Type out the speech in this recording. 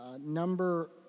number